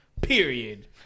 Period